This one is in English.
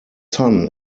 son